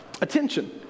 attention